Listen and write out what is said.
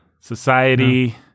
society